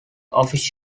official